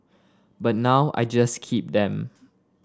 but now I just keep them